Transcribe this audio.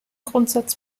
grundsatz